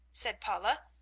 said paula.